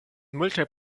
multaj